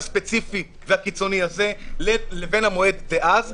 הספציפי והקיצוני הזה לבין המועד דאז,